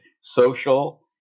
social